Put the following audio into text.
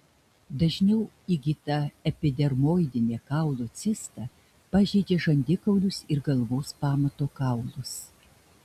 dažniau įgyta epidermoidinė kaulo cista pažeidžia žandikaulius ir galvos pamato kaulus